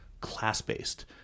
class-based